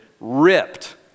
ripped